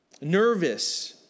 nervous